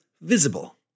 Visible